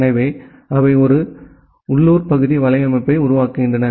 எனவே அவை ஒரு ஒரு உள்ளூர் பகுதி வலையமைப்பை உருவாக்குகின்றன